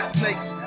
snakes